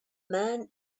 man